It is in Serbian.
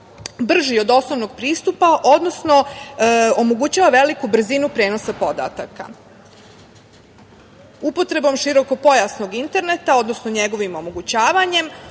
brži od osnovnog pristupa, odnosno omogućava veliku brzinu prenosa podataka. Upotrebom širokopojasnog interneta, odnosno njegovim omogućavanjem